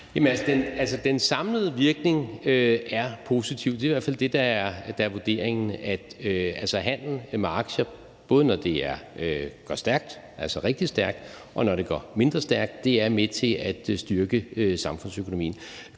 Den samlede virkning er positiv. Det er i hvert fald det, der er vurderingen. Handel med aktier, både når det går stærkt, altså rigtig stærkt, og når det går mindre stærkt, er med til at styrke samfundsøkonomien.